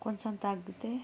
కొంచెం తగ్గితే